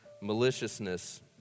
maliciousness